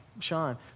Sean